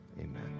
Amen